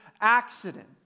accident